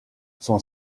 son